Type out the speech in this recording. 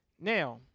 Now